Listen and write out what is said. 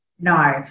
no